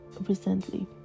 recently